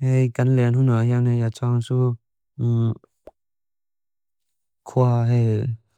Hei, gan lean hún áhí áni ácháansú. Kua he